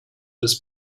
was